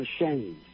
ashamed